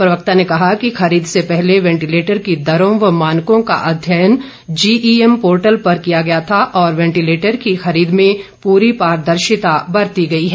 प्रवक्ता ने कहा कि खरीद से पहले वेंटिलेटर की दरों व मानकों का अध्ययन जीईएम पोर्टल पर किया गया था और वेंटिलेटर की खरीद में पूरी पारदर्शिता बरती गई है